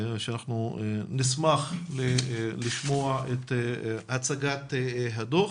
אנחנו נשמח לשמוע את הצגת הדוח,